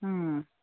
ꯎꯝ